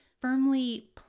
firmly